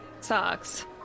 sucks